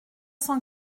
cent